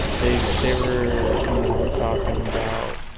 they, they were you know and talking about,